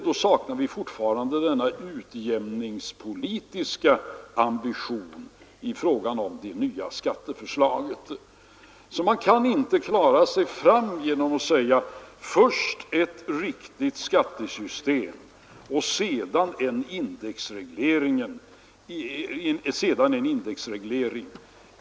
Då saknas fortfarande en utjämningspolitisk ambition i fråga om det nya skatteförslaget. Man kan alltså inte klara sig genom att säga: först ett riktigt skattesystem och sedan en indexreglering.